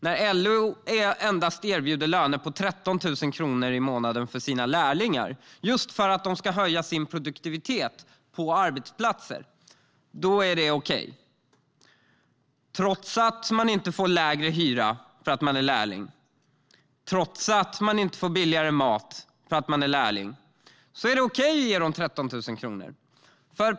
När LO endast erbjuder löner på 13 000 kronor i månaden för sina lärlingar, just för att de ska höja sin produktivitet på arbetsplatser, är det okej. Trots att de inte får lägre hyra för att de är lärlingar och trots att de inte får billigare mat för att de är lärlingar är det okej att ge dem 13 000 kronor.